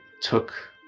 took